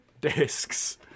discs